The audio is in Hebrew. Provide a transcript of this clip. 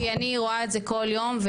כי אני רואה את זה כל יום,